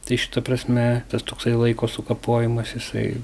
tai šita prasme tas toksai laiko sukapojimas jisai